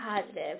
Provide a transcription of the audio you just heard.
positive